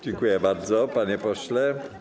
Dziękuję bardzo, panie pośle.